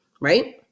right